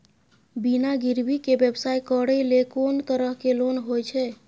बिना गिरवी के व्यवसाय करै ले कोन तरह के लोन होए छै?